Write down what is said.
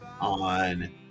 on